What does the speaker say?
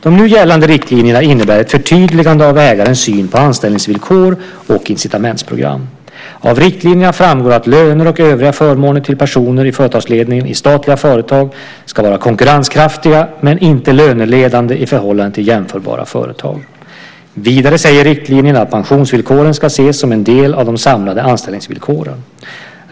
De nu gällande riktlinjerna innebär ett förtydligande av ägarens syn på anställningsvillkor och incitamentsprogram. Av riktlinjerna framgår att löner och övriga förmåner till personer i företagsledningen i statliga företag ska vara konkurrenskraftiga men inte löneledande i förhållande till jämförbara företag. Vidare säger riktlinjerna att pensionsvillkoren ska ses som en del av de samlade anställningsvillkoren.